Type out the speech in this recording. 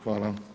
Hvala.